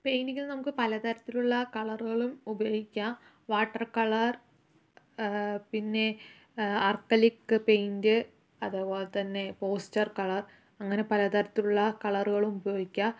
പെയിൻ്റിങ്ങില് നമുക്ക് പലതരത്തിലുള്ള കളറുകളും ഉപയോഗിക്കാം വാട്ടര് കളര് പിന്നെ അര്ക്കലിക്ക് പെയിന്റ് അതെപോലെതന്നെ പോസ്റ്റര് കളര് അങ്ങനെ പലതരത്തിലുള്ള കളറുകളും ഉപയോഗിക്കാം